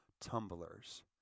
tumblers